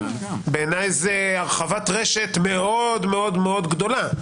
בעיניי זה הרחבת רשת מאוד מאוד מאוד גדולה.